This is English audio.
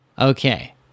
Okay